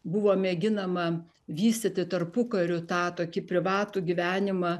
buvo mėginama vystyti tarpukariu tą tokį privatų gyvenimą